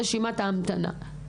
ברשימת ההמתנה.